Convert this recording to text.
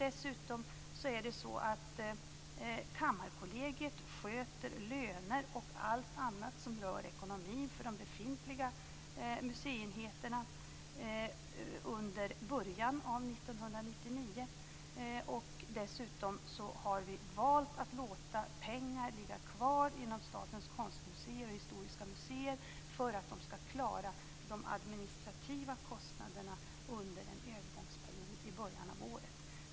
Dessutom sköter Kammarkollegiet löner och allt annat som rör ekonomin för de befintliga museienheterna under början av 1999. Dessutom har vi valt att låta pengar ligga kvar inom Statens konstmuseer och Statens historiska museer för att de skall klara de administrativa kostnaderna under en övergångsperiod i början av året.